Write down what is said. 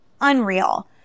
unreal